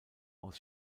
aus